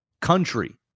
country